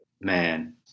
man